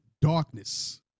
darkness